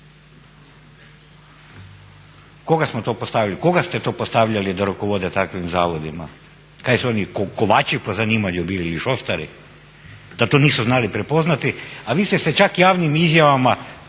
Koga smo to postavili, koga ste to postavljali da rukovode takvim zavodima? Kaj su oni kovači po zanimanju bili i šusteri da to nisu znali prepoznati, a vi ste se čak javnim izjavama